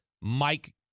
Mike